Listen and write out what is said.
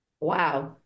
Wow